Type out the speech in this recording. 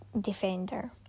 defender